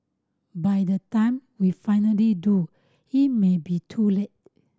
by the time we finally do it may be too late